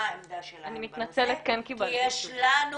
מה העמדה שלהם בנושא כי יש לנו